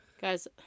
Guys